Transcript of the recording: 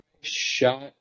shot